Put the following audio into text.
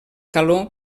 calor